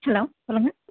hello சொல்லுங்க